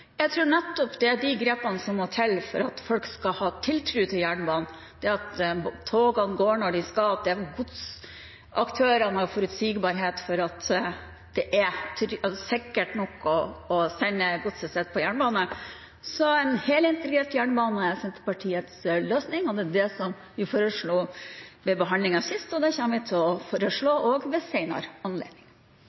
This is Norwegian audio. Jeg tror nettopp de grepene som må til for at folk skal ha tiltro til jernbanen, er at togene går når de skal, og at godsaktørene har forutsigbarhet for at det er sikkert nok å sende godset sitt på jernbane. Så en helintegrert jernbane er Senterpartiets løsning. Det var det vi foreslo ved behandlingen sist, og det kommer vi til å foreslå også ved